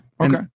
Okay